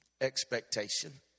expectation